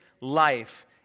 life